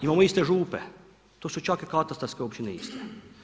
Imamo iste župe tu su čak i katastarske općine iste.